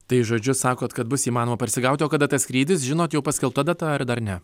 tai žodžiu sakot kad bus įmanoma parsigauti o kada tas skrydis žinot jau paskelbta data ar dar ne